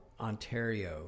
Ontario